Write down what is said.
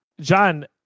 John